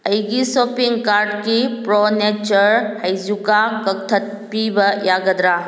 ꯑꯩꯒꯤ ꯁꯣꯞꯄꯤꯡ ꯀꯥꯔꯠꯀꯤ ꯄ꯭ꯔꯣ ꯅꯦꯆꯔ ꯍꯩꯖꯨꯀꯥ ꯀꯛꯊꯠꯄꯤꯕ ꯌꯥꯒꯗ꯭ꯔꯥ